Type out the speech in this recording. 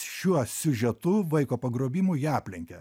šiuo siužetu vaiko pagrobimu ją aplenkė